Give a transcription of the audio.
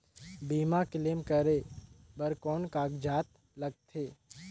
बीमा क्लेम करे बर कौन कागजात लगथे?